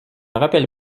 rappelle